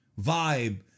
vibe